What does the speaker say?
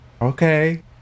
okay